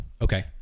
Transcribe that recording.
Okay